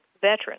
veterans